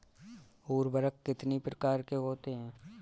उर्वरक कितनी प्रकार के होते हैं?